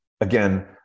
again